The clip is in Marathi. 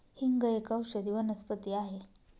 हिंग एक औषधी वनस्पती आहे